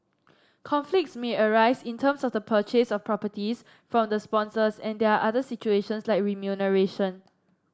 conflicts may arise in terms of the purchase of properties from the sponsors and there are other situations like remuneration